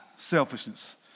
Selfishness